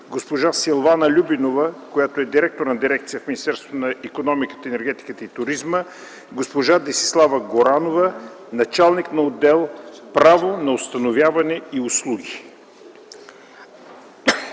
госпожа Силвана Любенова – директор на дирекция в Министерството на икономиката, енергетиката и туризма и госпожа Десислава Горанова – началник на отдел „Право на установяване и услуги”.